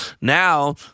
Now